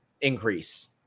increase